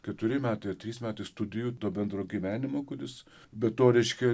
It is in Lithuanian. keturi metai ar trys metai studijų to bendro gyvenimo kuris be to reiškia